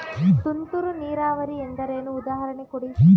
ತುಂತುರು ನೀರಾವರಿ ಎಂದರೇನು, ಉದಾಹರಣೆ ಕೊಡಿ?